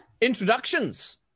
Introductions